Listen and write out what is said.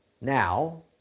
now